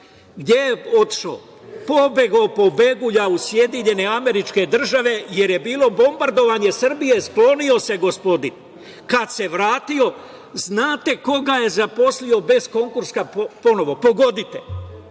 Gde je otišao? Pobegao pobegulja u SAD, jer je bilo bombardovanje Srbije, sklonio se gospodin. Kada se vratio, znate ko ga je zaposlio bez konkursa ponovo? Pogodite.